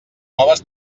noves